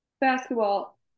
basketball